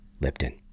Lipton